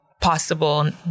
possible